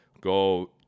go